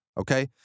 okay